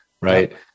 Right